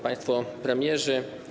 Państwo Premierzy!